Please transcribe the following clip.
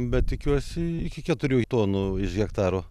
bet tikiuosi iki keturių tonų iš hektaro